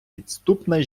підступна